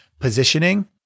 positioning